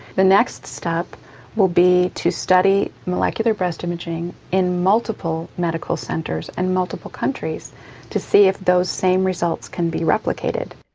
the next step will be to study molecular breast imaging in multiple medical centres and multiple countries to see if those same results can be replicated.